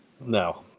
no